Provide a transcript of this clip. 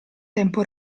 tempo